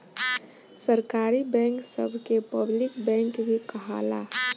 सरकारी बैंक सभ के पब्लिक बैंक भी कहाला